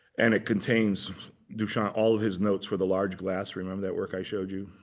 and it contains duchamp, all of his notes for the large glass. remember that work i showed you?